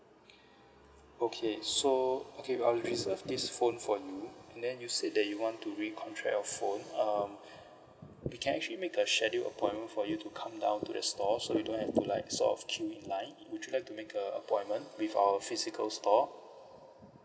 okay so okay I'll reserve this phone for you and then you said that you want to re-contract your phone um we can actually make a scheduled appointment for you to come down to the store so you don't have to like sort of queue in line would you like to make a appointment with our physical store